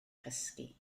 chysgu